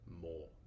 more